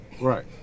Right